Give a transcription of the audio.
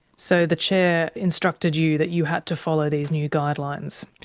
so the chair instructed you that you had to follow these new guidelines?